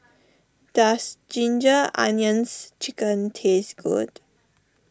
does Ginger Onions Chicken taste good